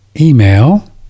email